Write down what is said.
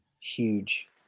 Huge